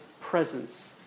presence